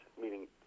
meaning